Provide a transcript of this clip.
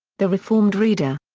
the reformed reader.